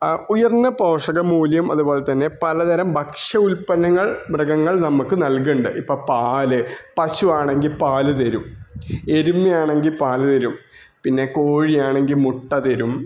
ആ ഉയർന്ന പോഷക മൂല്യം അതുപോലെ തന്നെ പലതരം ഭക്ഷ്യ ഉൽപ്പന്നങ്ങൾ മൃഗങ്ങൾ നമുക്ക് നൽകുന്നത് ഇപ്പോൾ പാല് പശുവാണെങ്കിൽ പാല് തരും എരുമയാണെങ്കി പാല് തരും പിന്നെ കോഴിയാണെങ്കിൽ മുട്ട തരും